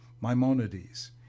Maimonides